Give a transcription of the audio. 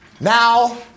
Now